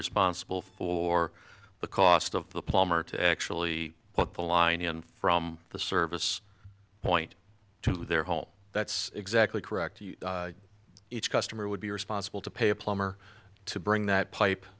responsible for the cost of the plumber to actually put the line in from the service point to their home that's exactly correct each customer would be responsible to pay a plumber to bring that pipe